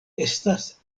estas